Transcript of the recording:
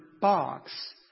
box